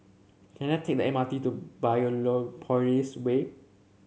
can I take the M R T to Way